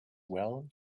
well